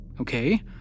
Okay